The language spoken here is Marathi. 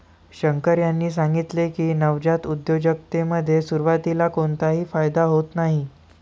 शंकर यांनी सांगितले की, नवजात उद्योजकतेमध्ये सुरुवातीला कोणताही फायदा होत नाही